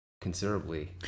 considerably